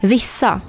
Vissa